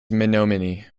menominee